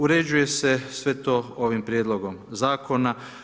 Uređuje se sve to ovim prijedlogom zakona.